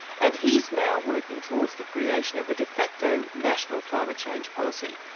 and he's now working towards the creation of a de facto national climate change policy,